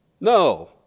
No